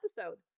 episode